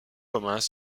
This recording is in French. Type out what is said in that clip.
communs